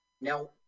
Now